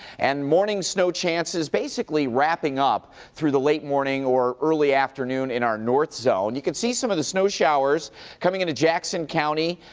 and morning snow chances basically wrapping up through the late morning or early afternoon in our north zone. you can see some of the snow showers coming into jackson county,